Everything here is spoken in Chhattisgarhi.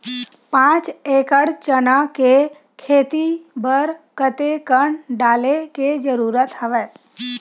पांच एकड़ चना के खेती बर कते कन डाले के जरूरत हवय?